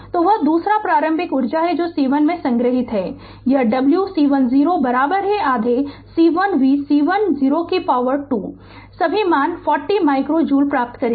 तो वह दूसरा भाग प्रारंभिक ऊर्जा है जो C1 में संग्रहीत है यह w C1 0 आधे C1 v C1 0 2 है सभी मान 40 माइक्रो जूल प्राप्त करेंगे